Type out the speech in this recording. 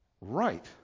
right